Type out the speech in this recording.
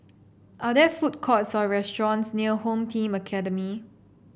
are there food courts or restaurants near Home Team Academy